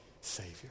Savior